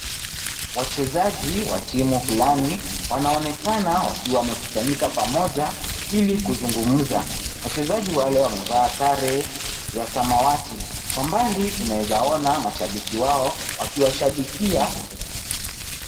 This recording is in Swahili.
Wachezaji wa timu fulani, wanaonekana wakiwa wamekusanyika pamoja ili kuzungumza. Wachezaji wale wamevaa sare ya samawati. Kwa mbali tunaweza ona mashabiki wao wakiwashabikia.